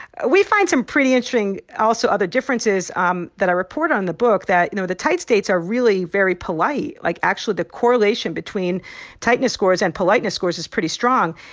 we find some pretty interesting, interesting, also, other differences um that i report on the book that, you know, the tight states are really very polite. like, actually the correlation between tightness scores and politeness scores is pretty strong.